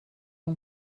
اون